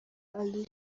ali